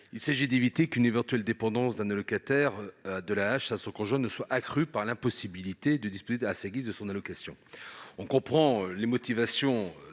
Il s'agit d'éviter qu'une éventuelle dépendance d'un allocataire de l'AAH vis-à-vis de son conjoint ne soit accrue par l'impossibilité de disposer à sa guise de son allocation. On comprend les motivations